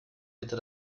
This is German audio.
bitte